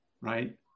right